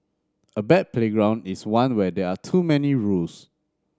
a bad playground is one where there are too many rules